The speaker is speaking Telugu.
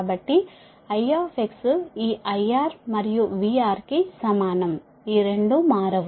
కాబట్టి I ఈ IR మరియు VR కి సమానం ఈ రెండూ మారవు